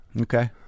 okay